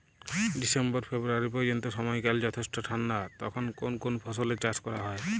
December February পর্যন্ত সময়কাল যথেষ্ট ঠান্ডা তখন কোন কোন ফসলের চাষ করা হয়?